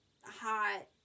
hot